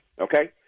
okay